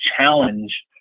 challenge